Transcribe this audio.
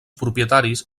propietaris